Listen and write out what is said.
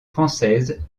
française